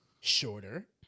Shorter